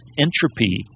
entropy